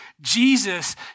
Jesus